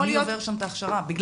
אז עוד יותר.